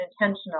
intentional